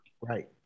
Right